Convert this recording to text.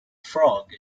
frog